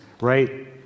right